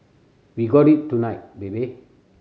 we got it tonight baby